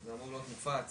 זה אמור להיות מופץ